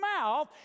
mouth